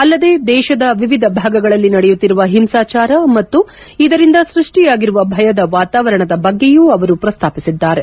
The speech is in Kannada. ಅಲ್ಲದೇ ದೇಶದ ವಿವಿಧ ಭಾಗಗಳಲ್ಲಿ ನಡೆಯುತ್ತಿರುವ ಹಿಂಸಚಾರ ಮತ್ತು ಇದರಿಂದ ಸೃಷ್ಟಿಯಾಗಿರುವ ಭಯದ ವಾತಾವರಣದ ಬಗ್ಗೆಯೂ ಅವರು ಪ್ರಸ್ತಾಪಿಸಿದ್ದಾರೆ